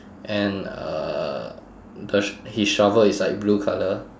and uh the sh~ his shovel is like blue colour